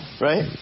Right